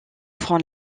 front